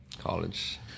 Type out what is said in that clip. College